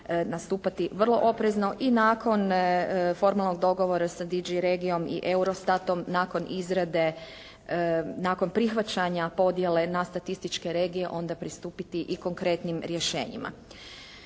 nastupati vrlo oprezno i nakon formalnog dogovora sa DG regijom i Eurostatom nakon izrade, nakon prihvaćanja podjele na statističke regije onda pristupiti i konkretnim rješenjima.